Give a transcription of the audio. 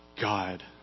God